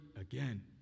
again